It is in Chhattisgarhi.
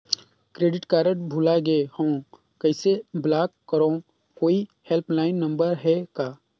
क्रेडिट कारड भुला गे हववं कइसे ब्लाक करव? कोई हेल्पलाइन नंबर हे का?